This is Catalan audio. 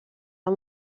amb